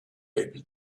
able